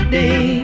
day